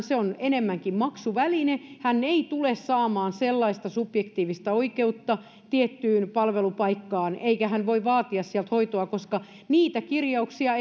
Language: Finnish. se on enemmänkin maksuväline hän ei tule saamaan sellaista subjektiivista oikeutta tiettyyn palvelupaikkaan eikä hän voi vaatia sieltä hoitoa koska niitä kirjauksia